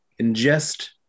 ingest